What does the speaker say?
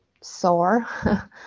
sore